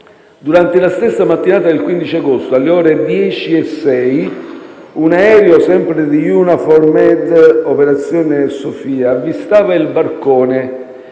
Durante la stessa mattinata del 15 agosto, alle ore 10,06, un aereo, sempre di EUNAVFOR Med, operazione Sophia, avvistava il barcone